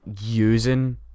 using